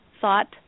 thought